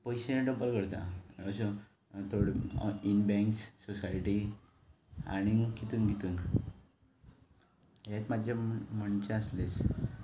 पयशे डब्बल करता अशें थोड्यो इन बँक्स सोसायटी आनी कितून कितून हेंच म्हजें म्हणचे आसलें